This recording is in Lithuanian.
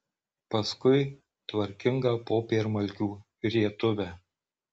paskui tvarkingą popiermalkių rietuvę